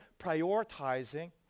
prioritizing